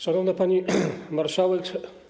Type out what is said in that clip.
Szanowna Pani Marszałek!